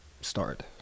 start